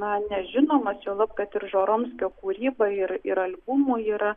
na nežinomas juolab kad ir žoromskio kūryba ir ir albumų yra